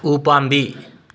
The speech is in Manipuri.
ꯎꯄꯥꯝꯕꯤ